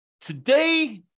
Today